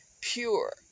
Pure